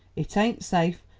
it ain't safe,